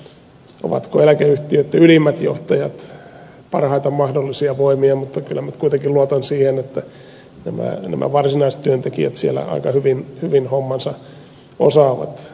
en ole aivan varma ovatko eläkeyhtiöitten ylimmät johtajat parhaita mahdollisia voimia mutta kyllä minä nyt kuitenkin luotan siihen että nämä varsinaiset työntekijät siellä aika hyvin hommansa osaavat